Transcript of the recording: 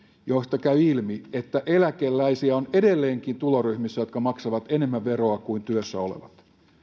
josta käy ilmi että eläkeläisiä on edelleenkin tuloryhmissä jotka maksavat enemmän veroa kuin työssä olevat